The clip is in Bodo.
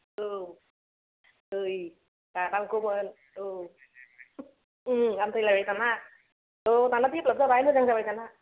औ दै बारनांगौमोन औ ओं आन्दाय लायो दाना औ दाना डेभेलाप जाबाय मोजां जाबाय दाना